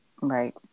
Right